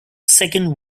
second